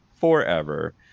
Forever